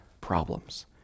problems